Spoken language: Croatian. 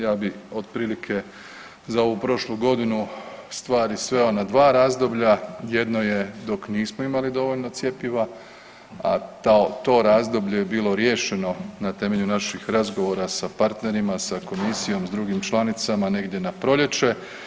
Ja bi otprilike za ovu prošlu godinu stvari sveo na dva razdoblja, jedno je dok nismo imali dovoljno cjepiva, a to razdoblje je bilo riješeno na temelju naših razgovora sa partnerima, sa komisijom sa drugim članicama negdje na proljeće.